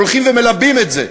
הולכים ומלבים את זה,